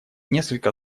несколько